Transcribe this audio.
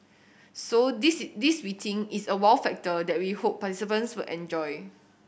so this this we think is a wow factor that we hope participants will enjoy